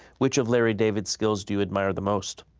which of larry david's skills do you admire the most?